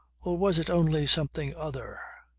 or was it only something other?